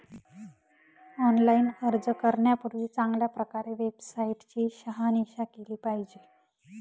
online अर्ज करण्यापूर्वी चांगल्या प्रकारे वेबसाईट ची शहानिशा केली पाहिजे